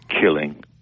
killing